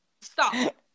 Stop